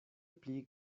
pli